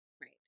Right